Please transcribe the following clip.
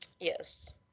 Yes